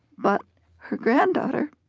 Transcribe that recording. but her granddaughter,